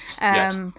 Yes